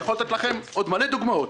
אני יכול לתת לכם עוד הרבה דוגמאות: